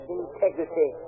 integrity